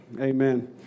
Amen